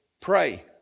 pray